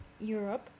Europe